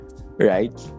Right